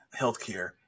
healthcare